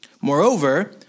Moreover